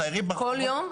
מסיירים ב- -- כל יום?